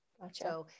Gotcha